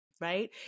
right